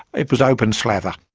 it was open slather.